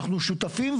אנו שותפים,